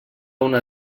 una